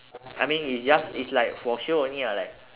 I mean it's just it's like for show only lah like